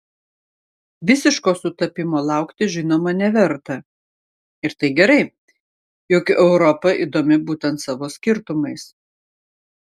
visiško sutapimo laukti žinoma neverta ir tai gerai juk europa įdomi būtent savo skirtumais